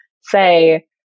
say